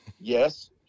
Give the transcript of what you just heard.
yes